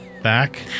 Back